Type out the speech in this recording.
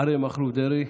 אריה מכלוף דרעי,